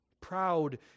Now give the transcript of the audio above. Proud